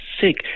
sick